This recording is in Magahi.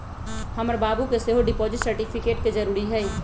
हमर बाबू के सेहो डिपॉजिट सर्टिफिकेट के जरूरी हइ